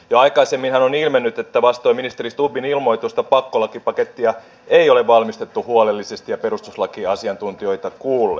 jo aikaisemminhan on ilmennyt että vastoin ministeri stubbin ilmoitusta pakkolakipakettia ei ole valmisteltu huolellisesti ja perustuslakiasiantuntijoita kuullen